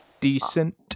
decent